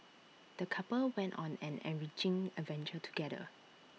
the couple went on an enriching adventure together